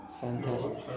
Fantastic